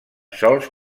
sols